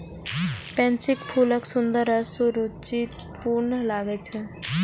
पैंसीक फूल सुंदर आ सुरुचिपूर्ण लागै छै